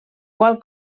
qual